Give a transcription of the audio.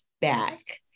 back